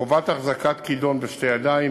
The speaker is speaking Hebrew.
חובת החזקת כידון בשתי ידיים,